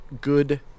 Good